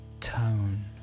tone